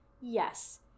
Yes